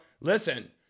listen